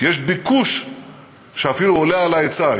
כי יש ביקוש שאפילו עולה על ההיצע.